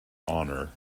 honor